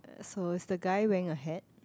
so is the guy wearing a hat